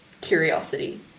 curiosity